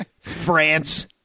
France